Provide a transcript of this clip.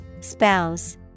Spouse